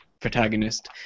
protagonist